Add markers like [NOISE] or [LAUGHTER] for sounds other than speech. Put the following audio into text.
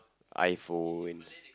iPhone [NOISE]